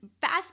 fast